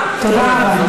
תודה רבה.